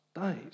days